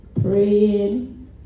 praying